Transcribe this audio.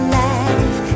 life